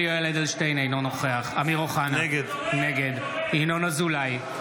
אינו נוכח אמיר אוחנה, נגד ינון אזולאי,